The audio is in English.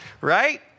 right